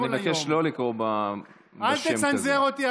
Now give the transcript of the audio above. אני מבקש לא לקרוא בשם כזה.